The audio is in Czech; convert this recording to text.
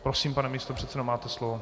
Prosím, pane místopředsedo, máte slovo.